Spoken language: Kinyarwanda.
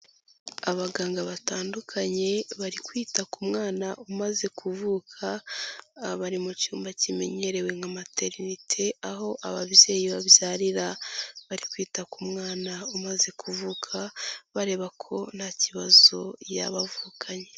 Abaganga batandukanye bari kwita ku mwana umaze kuvuka, bari mu cyuma kimenyerewe nka materneti, aho ababyeyi babyarira. Bari kwita ku mwana umaze kuvuka, bareba ko nta kibazo yaba avukanye.